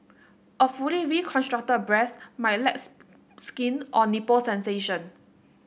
a fully reconstructed breast might lack skin or nipple sensation